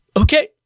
Okay